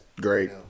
great